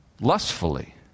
lustfully